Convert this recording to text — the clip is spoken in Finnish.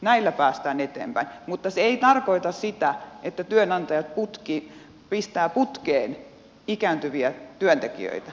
näillä päästään eteenpäin mutta se ei tarkoita sitä että työnantaja pistää putkeen ikääntyviä työntekijöitä